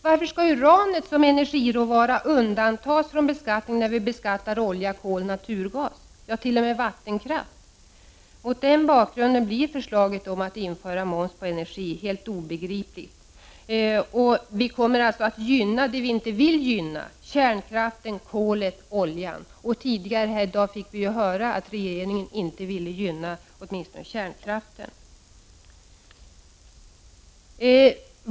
Varför skall uranet som energiråvara undantas från beskattningen när vi beskattar olja, kol, naturgas — ja, t.o.m. vattenkraft? Mot den bakgrunden blir förslaget om att införa moms på energi helt obegripligt. Vi kommer alltså att gynna det vi inte vill gynna: kärnkraften, kolet och oljan. Och tidigare här i dag fick vi ju höra att regeringen åtminstone inte vill gynna kärnkraften.